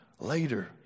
later